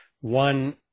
one